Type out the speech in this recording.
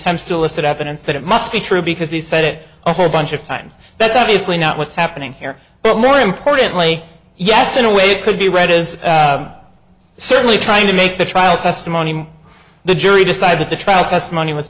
ts to listed evidence that it must be true because he said it a whole bunch of times that's obviously not what's happening here but more importantly yes in a way could be read as certainly trying to make the trial testimony the jury decided that the trial testimony was